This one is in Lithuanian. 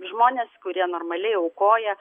žmonės kurie normaliai aukoja